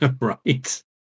Right